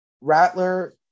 rattler